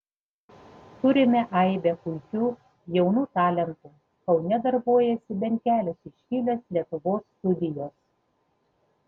turime aibę puikių jaunų talentų kaune darbuojasi bent kelios iškilios lietuvos studijos